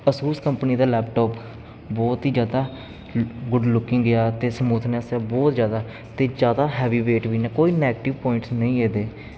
Asus company ਦਾ laptop ਬਹੁਤ ਹੀ ਜ਼ਿਆਦਾ ਗੁੱਡ ਲੁਕਿੰਗ ਗਿਆ ਅਤੇ ਸਮੂਥਨੈਂਸ ਹੈ ਬਹੁਤ ਜ਼ਿਆਦਾ ਅਤੇ ਜ਼ਿਆਦਾ ਹੈਵੀ ਵੇਟ ਵੀ ਨਾ ਕੋਈ ਨੈਗਟਿਵ ਪੁਆਇੰਟਸ ਨਹੀਂ ਇਹਦੇ